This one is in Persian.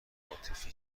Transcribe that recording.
عاطفی